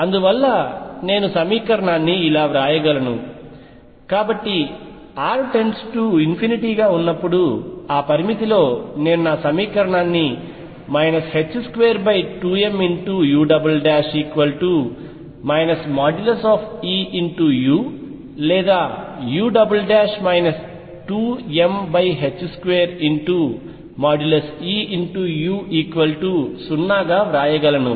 అందువలన నేను సమీకరణాన్ని ఇలా వ్రాయగలను కాబట్టి r →∞ ఉన్నప్పుడు ఆ పరిమితిలో నేను నా సమీకరణాన్ని 22mu Eu లేదా u 2m2Eu0గా వ్రాయగలను